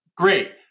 Great